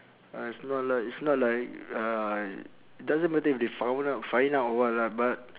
uh it's not like it's not like uh doesn't matter if they found out find out or what lah but